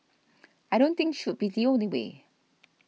I don't think should be the only way